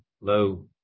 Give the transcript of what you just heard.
low